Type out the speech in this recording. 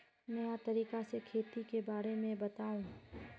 नया तरीका से खेती के बारे में बताऊं?